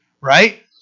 right